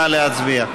נא להצביע.